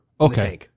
okay